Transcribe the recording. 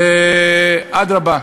ואדרבה,